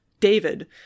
david